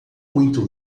muito